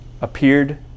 appeared